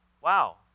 wow